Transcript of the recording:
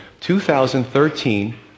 2013